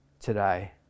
today